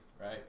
right